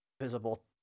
visible